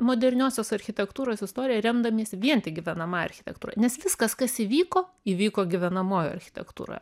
moderniosios architektūros istoriją remdamiesi vien tik gyvenamąja architektūra nes viskas kas įvyko įvyko gyvenamojoj architektūroje